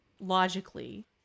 logically